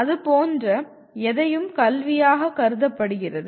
அதுபோன்ற எதையும் கல்வியாகக் கருதப்படுகிறது